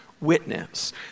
witness